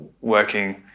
working